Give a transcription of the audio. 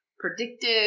Predictive